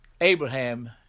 Abraham